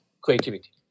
creativity